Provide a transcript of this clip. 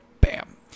bam